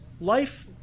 life